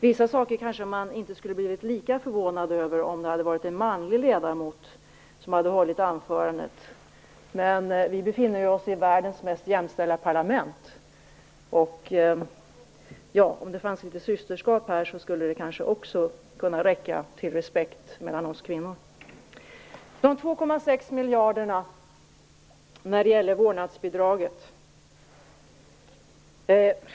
Vissa saker skulle jag kanske inte ha blivit lika förvånad över om anförandet hade hållits av en manlig ledamot, men vi befinner oss faktiskt i världens mest jämställda parlament. Hade det funnits litet systerskap skulle det kanske också ha räckt till litet respekt oss kvinnor emellan. Sedan några ord om de 2,6 miljarderna och vårdnadsbidraget.